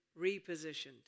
repositioned